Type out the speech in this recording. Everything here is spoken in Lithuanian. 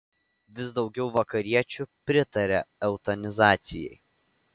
vis daugiau vakariečių pritaria eutanazijai